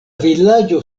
vilaĝo